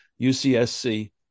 UCSC